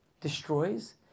destroys